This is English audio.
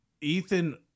Ethan